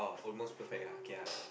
oh almost perfect ah k ah